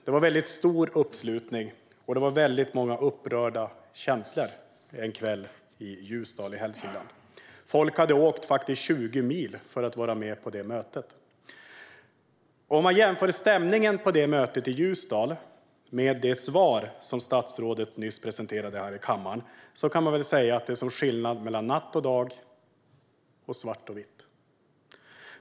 Det var en mycket stor uppslutning och många upprörda känslor den kvällen i Ljusdal i Hälsingland. Folk hade åkt 20 mil för att vara med på mötet. Om man jämför stämningen på mötet i Ljusdal med det svar som statsrådet nyss presenterade här i kammaren kan man väl säga att det är som skillnaden mellan natt och dag och svart och vitt.